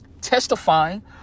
Testifying